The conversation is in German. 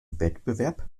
wettbewerb